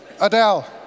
Adele